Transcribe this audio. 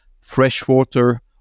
freshwater